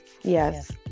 yes